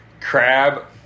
crab